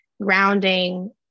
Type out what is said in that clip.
grounding